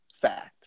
Fact